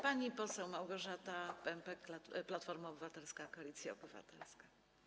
Pani poseł Małgorzata Pępek, Platforma Obywatelska - Koalicja Obywatelska.